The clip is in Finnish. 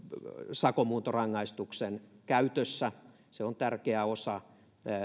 sakonmuuntorangaistuksen käytössä se on tärkeä osa